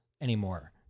anymore